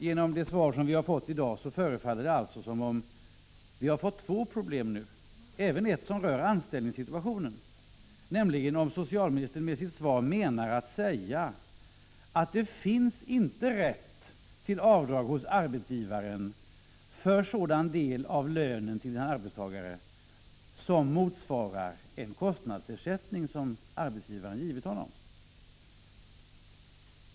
Genom det svar som vi har fått i dag förefaller det alltså som om vi nu har fått två problem — även ett som rör anställningssituationen — nämligen om socialministern med sitt svar menar att säga att det inte finns någon rätt till avdrag hos arbetsgivaren för sådan del av lönen till en arbetstagare som motsvarar en kostnadsersättning som arbetsgivaren givit honom.